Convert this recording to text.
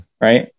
Right